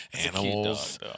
animals